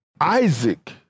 Isaac